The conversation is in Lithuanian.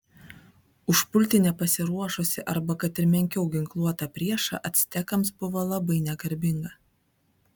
užpulti nepasiruošusį arba kad ir menkiau ginkluotą priešą actekams buvo labai negarbinga